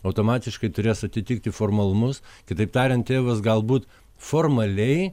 automatiškai turės atitikti formalumus kitaip tariant tėvas galbūt formaliai